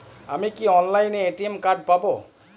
আমি কি অনলাইনে এ.টি.এম কার্ড পাব?